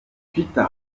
peter